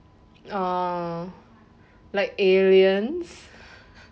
oh like aliens